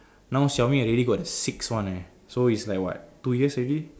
now Xiaomi already got the six one leh so it's like what two years already